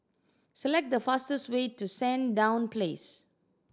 select the fastest way to Sandown Place